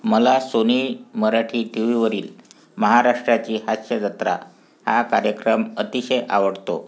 मला सोनी मराठी टी वीवरील महाराष्ट्राची हास्यजत्रा हा कार्यक्रम अतिशय आवडतो